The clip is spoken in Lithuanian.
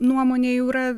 nuomonė jau yra